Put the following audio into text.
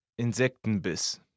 Insektenbiss